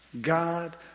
God